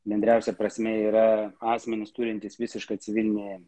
bendriausia prasme yra asmenys turintys visišką civilinį